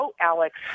Alex